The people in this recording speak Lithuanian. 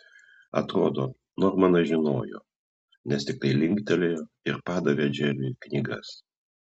atrodo normanas žinojo nes tiktai linktelėjo ir padavė džeriui knygas